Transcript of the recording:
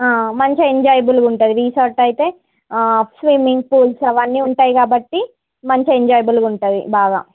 మంచి ఎంజాయబుల్గా ఉంటుంది రిసార్ట్ అయితే స్విమ్మింగ్ పూల్స్ అవన్నీ ఉంటాయి కాబట్టి మంచి ఎంజాయబుల్గా ఉంటుంది బాగా